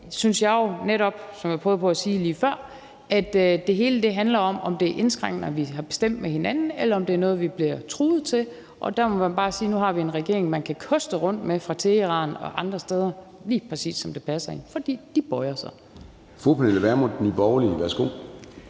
det hele handler om, om det er indskrænkninger, vi har bestemt med hinanden, eller om det er noget, vi bliver truet til. Og der må man bare sige, at nu har vi en regering, man kan koste rundt med fra Teheran og andre steders side, lige præcis som det passer dem, fordi regeringen bøjer sig.